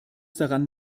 daran